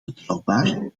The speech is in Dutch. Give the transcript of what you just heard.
betrouwbaar